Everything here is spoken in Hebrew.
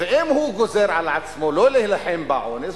ואם הוא גוזר על עצמו לא להילחם בעוני,